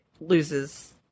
loses